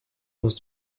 was